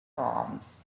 proms